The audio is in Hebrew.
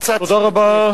קצת תשומת לב.